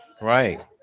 right